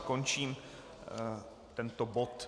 Končím tento bod.